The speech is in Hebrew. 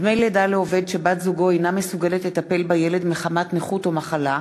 (דמי לידה לעובד שבת-זוגו אינה מסוגלת לטפל בילד מחמת נכות או מחלה),